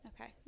Okay